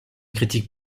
critiques